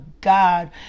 god